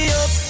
up